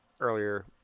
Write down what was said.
earlier